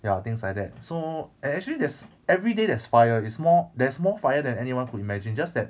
ya things like that so and actually there's every day there's fire it's more there's more fire than anyone could imagine just that